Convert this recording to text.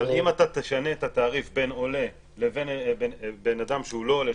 אבל אם אתה תשנה את התעריף בין עולה לבין בן אדם שהוא לא עולה,